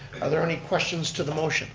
are there any questions to the motion